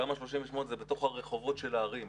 תמ"א 38 זה בתוך הרחובות של הערים,